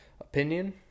opinion